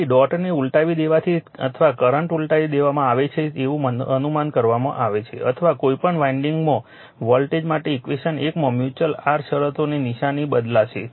તેથી ડોટને ઉલટાવી દેવાથી અથવા કરંટ ઉલટાવી દેવામાં આવે છે તેવું અનુમાન કરવામાં આવે અથવા કોઈપણ વાન્ડિંગમાં વોલ્ટેજ માટે ઈક્વેશન 1 માં મ્યુચ્યુઅલ r શરતોની નિશાની બદલાશે